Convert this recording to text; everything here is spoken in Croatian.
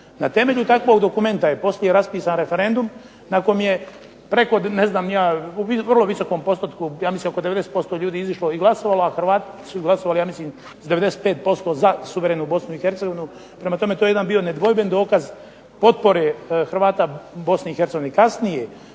Na temelju takvog dokumenta je poslije raspisan referendum na kome je preko u vrlo visokom postotku ja mislim oko 90% ljudi izišlo i glasovalo, a Hrvati su glasovali sa 95% za suverenu Bosnu i Hercegovinu. Prema tome, to je bio jedan nedvojben dokaz potpore Hrvata Bosne i Hercegovine. Kasnije